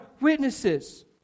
witnesses